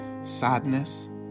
sadness